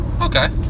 Okay